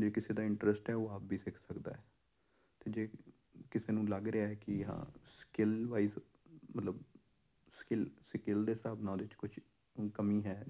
ਜੇ ਕਿਸੇ ਦਾ ਇੰਟਰਸਟ ਹੈ ਉਹ ਆਪ ਵੀ ਸਿੱਖ ਸਕਦਾ ਹੈ ਅਤੇ ਜੇ ਕਿਸੇ ਨੂੰ ਲੱਗ ਰਿਹਾ ਹੈ ਕਿ ਹਾਂ ਸਕਿਲ ਵਾਈਜ ਮਤਲਬ ਸਕਿਲ ਸਕਿਲ ਦੇ ਹਿਸਾਬ ਨਾਲ ਇਹ 'ਚ ਕੁਛ ਕਮੀ ਹੈ